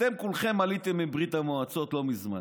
אתם כולכם עליתם מברית המועצות לא מזמן,